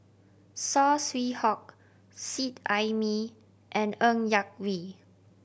Saw Swee Hock Seet Ai Mee and Ng Yak Whee